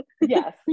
yes